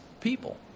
people